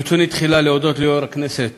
ברצוני תחילה להודות ליושב-ראש הכנסת